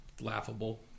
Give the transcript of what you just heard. laughable